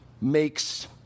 makes